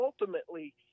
ultimately